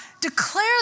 declare